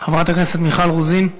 חברת הכנסת מיכל רוזין,